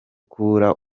kubura